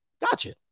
Gotcha